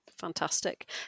Fantastic